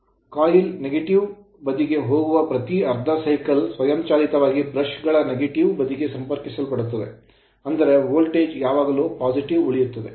ಅಂದರೆ coil coil negative ಋಣಾತ್ಮಕ ಬದಿಗೆ ಹೋಗುವ ಪ್ರತಿ ಅರ್ಧ cycle ಚಕ್ರವು ಸ್ವಯಂಚಾಲಿತವಾಗಿ ಬ್ರಷ್ ಗಳ negative ಋಣಾತ್ಮಕ ಬದಿಗೆ ಸಂಪರ್ಕಿಸಲ್ಪಡುತ್ತದೆ ಅಂದರೆ ವೋಲ್ಟೇಜ್ ಯಾವಾಗಲೂ positive ಧನಾತ್ಮಕವಾಗಿ ಉಳಿಯುತ್ತದೆ